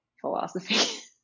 Philosophy